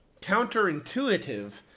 counterintuitive